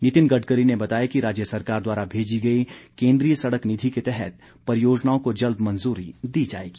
नितिन गडकरी ने बताया कि राज्य सरकार द्वारा भेजी गई केंद्रीय सड़क निधि के तहत परियोजनाओं को जल्द मंजूरी दी जाएगी